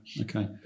Okay